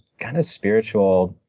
kind of spiritual,